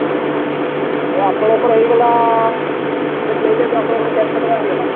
ହଁ ହଁ ହଉ ଆପଣଙ୍କ ହୋଇଗଲା ନେଇ ଯାଆନ୍ତୁ ଆପଣଙ୍କର ଚାରି ଶହ ଟଙ୍କା ହୋଇଗଲା